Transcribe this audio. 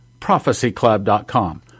prophecyclub.com